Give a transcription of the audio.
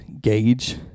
gauge